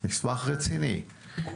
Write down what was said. מסמך רציני,